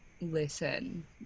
listen